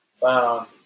found